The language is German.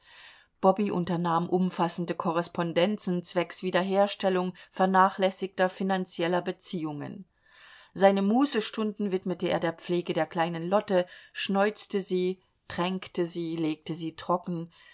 bobby unternahm umfassende korrespondenzen zwecks wiederherstellung vernachlässigter finanzieller beziehungen seine mußestunden widmete er der pflege der kleinen lotte schneuzte sie tränkte sie legte sie trocken